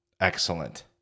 Excellent